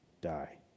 die